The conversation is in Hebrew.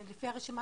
את רצית